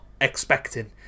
expecting